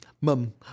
mum